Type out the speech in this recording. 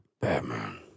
Batman